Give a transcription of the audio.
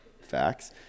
facts